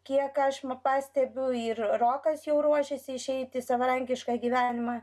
kiek aš pastebiu ir rokas jau ruošiasi išeiti į savarankišką gyvenimą